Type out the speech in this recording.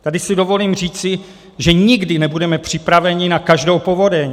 Tady si dovolím říci, že nikdy nebudeme připraveni na každou povodeň.